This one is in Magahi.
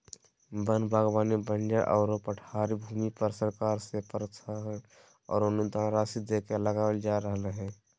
वन बागवानी बंजर आरो पठारी भूमि पर सरकार से प्रोत्साहन आरो अनुदान राशि देके लगावल जा रहल हई